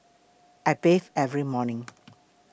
I bathe every morning